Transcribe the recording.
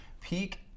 peak